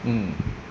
mm